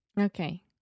Okay